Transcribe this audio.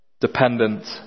dependent